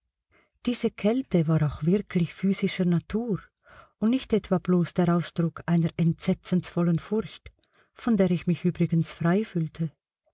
diese kälte war auch wirklich physischer natur und nicht etwa bloß der ausdruck einer entsetzensvollen furcht von der ich mich übrigens frei fühlte